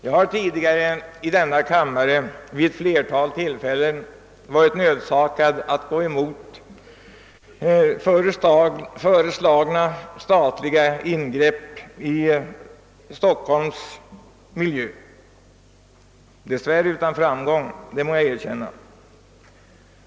Jag har tidigare i denna kammare vid ett flertal tillfällen varit nödsakad att gå emot föreslagna statliga ingrepp i Stockholms miljö — dess värre utan framgång, det må jag erkänna.